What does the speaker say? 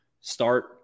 start